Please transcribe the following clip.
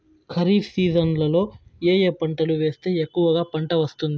ఖరీఫ్ సీజన్లలో ఏ ఏ పంటలు వేస్తే ఎక్కువగా పంట వస్తుంది?